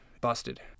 Busted